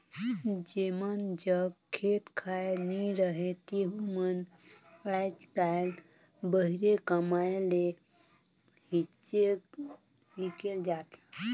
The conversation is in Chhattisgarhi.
जेमन जग खेत खाएर नी रहें तेहू मन आएज काएल बाहिरे कमाए ले हिकेल जाथें